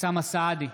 אוסאמה סעדי,